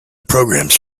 programs